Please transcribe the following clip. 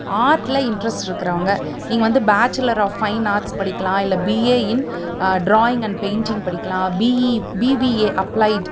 ஆர்ட்டில் interest இருக்கிறவுங்க நீங்கள் வந்து பேச்சுலர் ஆஃப் ஃபைன் ஆர்ட்ஸ் படிக்கலாம் இல்லை BA in drawing and painting படிக்கலாம் பிஇ பிபிஏ அப்ளைட்